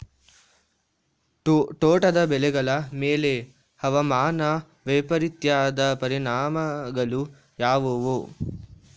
ತೋಟದ ಬೆಳೆಗಳ ಮೇಲೆ ಹವಾಮಾನ ವೈಪರೀತ್ಯದ ಪರಿಣಾಮಗಳು ಯಾವುವು?